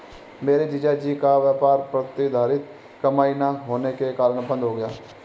मेरे जीजा जी का व्यापार प्रतिधरित कमाई ना होने के कारण बंद हो गया